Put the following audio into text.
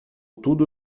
tudo